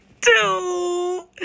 two